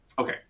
Okay